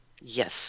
Yes